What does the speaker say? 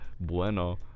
bueno